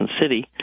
City